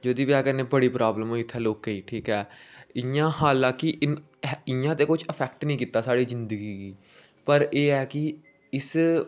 जेह्दी बजह् कन्नै बड़ी प्रॉब्लम होई इ'त्थें लोकें ई ठीक ऐ इ'यां हालाकि इ'यां ते कुछ इफेक्ट निं कीता साढ़ी जिंदगी गी पर एह् ऐ कि इस